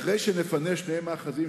אחרי שנפנה שני מאחזים,